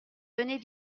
venez